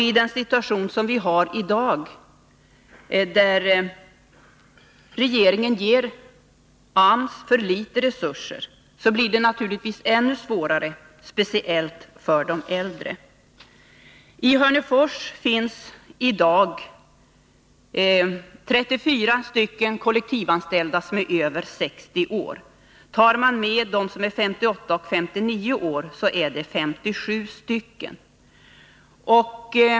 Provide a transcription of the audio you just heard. I den situation vi har i dag, där regeringen ger AMS för litet resurser, blir det naturligtvis ännu svårare för just de äldre. I Hörnefors finns i dag 34 kollektivanställda som är över 60 år. Tar man med dem som är 58 och 59 år blir det 57 stycken.